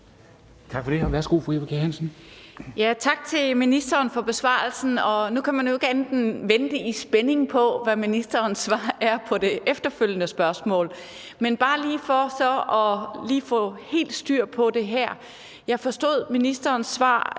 Eva Kjer Hansen. Kl. 13:59 Eva Kjer Hansen (V): Tak til ministeren for besvarelsen. Nu kan man jo ikke andet end vente i spænding på, hvad ministerens svar er på det efterfølgende spørgsmål. For lige at få helt styr på det her vil jeg sige, at jeg forstod ministerens svar